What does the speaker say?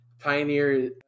Pioneer